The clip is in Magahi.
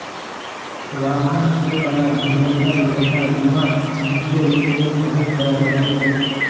वाहन स कराल दुर्घटना दुर्घटनार बीमात मुख्य रूप स शामिल कराल जा छेक